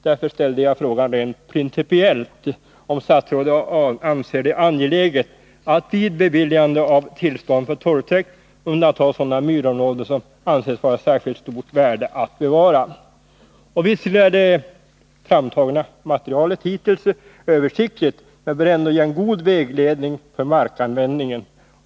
Därför ställde jag frågan rent principiellt, om statsrådet anser det angeläget att vid beviljande av tillstånd för torvtäkt undanta sådana myrområden som anses vara av särskilt stort värde att bevara. Visserligen är det hittills framtagna materialet översiktligt, men det bör ändå kunna ge en god vägledning för markanvändningen.